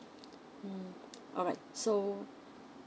mm all right so